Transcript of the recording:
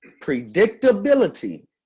predictability